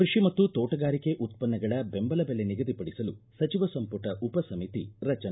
ಕೃಷಿ ಮತ್ತು ತೋಟಗಾರಿಕೆ ಉತ್ಪನ್ನಗಳ ಬೆಂಬಲ ಬೆಲೆ ನಿಗದಿಪಡಿಸಲು ಸಚಿವ ಸಂಪುಟ ಉಪಸಮಿತಿ ರಚನೆ